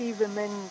women